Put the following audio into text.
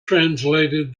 translated